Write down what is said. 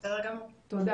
זה חייב להתקדם,